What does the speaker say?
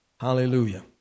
Hallelujah